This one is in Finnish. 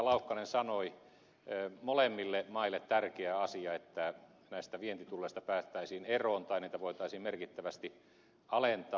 laukkanen sanoi molemmille maille tärkeä asia että näistä vientitulleista päästäisiin eroon tai näitä voitaisiin merkittävästi alentaa